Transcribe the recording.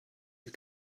you